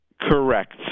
Correct